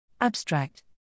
Abstract